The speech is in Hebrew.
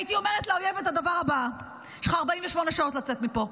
הייתי אומרת לאויב את הדבר הבא: יש לך 48 שעות לצאת מפה.